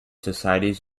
societies